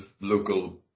local